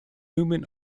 movement